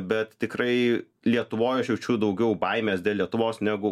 bet tikrai lietuvoj aš jaučiu daugiau baimės dėl lietuvos negu